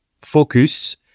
focus